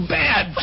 bad